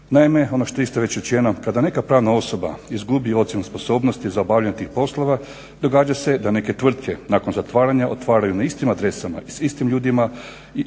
Naime, ono što je isto već rečeno kada neka pravna osoba izgubi ocjenu sposobnosti za obavljanje tih poslova događa se da neke tvrtke nakon zatvaranja otvaraju na istim adresama i s istim ljudima,